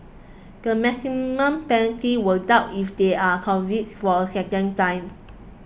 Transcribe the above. the maximum penalty will double if they are convicted for a second time